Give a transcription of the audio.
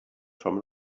from